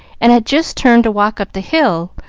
and had just turned to walk up the hill,